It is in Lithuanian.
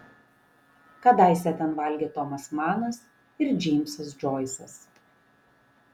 kadaise ten valgė tomas manas ir džeimsas džoisas